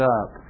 up